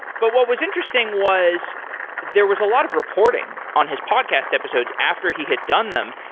but what was interesting was there was a lot of reporting on his podcast episodes after he had done them.